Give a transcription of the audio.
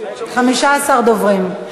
15 דוברים.